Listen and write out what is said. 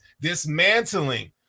dismantling